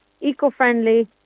eco-friendly